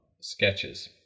sketches